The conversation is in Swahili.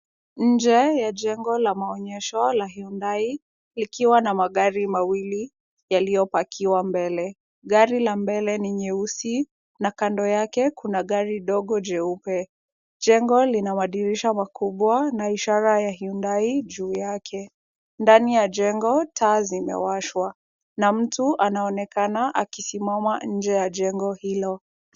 Nje ya jengo la maonyesho la Yundai ikiwa na magari mawili yaliyopakiwa mbele. Gari la mbele ni nyeusi na kando yake kuna gari dogo jeupe. Jengo lina madirisha makubwa na ishara ya Yundai juu yake. Ndani ya jengo taa zimewashwa na mtu anaonekana akisimama nje ya jengo hilo.